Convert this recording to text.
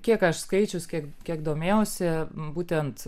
kiek aš skaičius kiek kiek domėjausi būtent